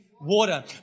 water